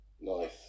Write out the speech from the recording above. Nice